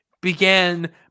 began